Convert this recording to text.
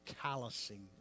callousing